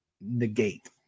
negate